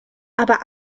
aber